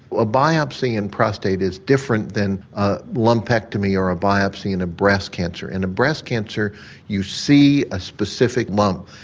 a biopsy in prostate is different than a lumpectomy or a biopsy in a breast cancer. in a breast cancer you see a specific lump,